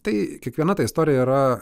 tai kiekviena ta istorija yra